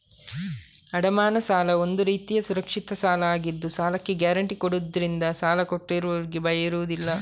ಅಡಮಾನ ಸಾಲ ಒಂದು ರೀತಿಯ ಸುರಕ್ಷಿತ ಸಾಲ ಆಗಿದ್ದು ಸಾಲಕ್ಕೆ ಗ್ಯಾರಂಟಿ ಕೊಡುದ್ರಿಂದ ಸಾಲ ಕೊಟ್ಟವ್ರಿಗೆ ಭಯ ಇರುದಿಲ್ಲ